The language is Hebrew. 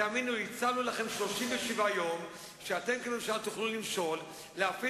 ואני שואל את אלה שהצטרפו לממשלה וחתמו